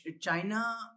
China